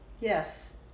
Yes